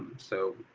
so,